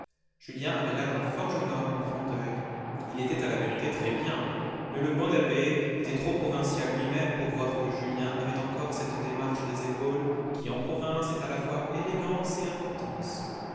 julien avait l'air d'un fort jeune homme en grand deuil il était à la vérité très bien mais le bon abbé était trop provincial lui-même pour voir que julien avait encore cette démarche des épaules qui en province est à la fois élégance et importance